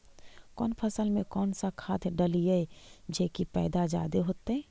कौन फसल मे कौन सा खाध डलियय जे की पैदा जादे होतय?